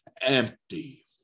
empty